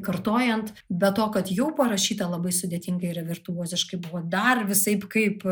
kartojant be to kad jau parašyta labai sudėtingai ir virtuoziškai buvo dar visaip kaip